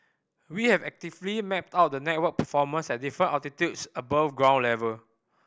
we have actively mapped out the network performance at different altitudes above ground level